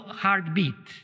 heartbeat